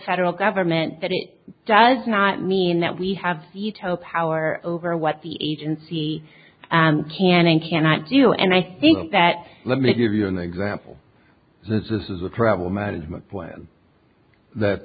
federal government that it does not mean that we have you topaz or over what the agency can and cannot do and i think that let me give you an example because this is a travel management plan that